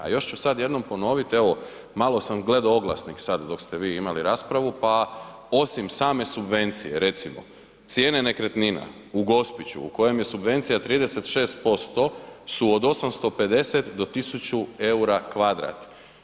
A još ću sad jednom ponoviti, evo, malo sam gledao oglasnik sad dok ste vi imali raspravu pa, osim same subvencije, recimo, cijene nekretnina u Gospiću u kojem je subvencija 36% su od 850-1000 eura kvadrat.